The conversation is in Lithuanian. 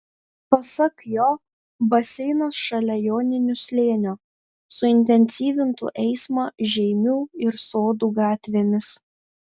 pasak jo baseinas šalia joninių slėnio suintensyvintų eismą žeimių ir sodų gatvėmis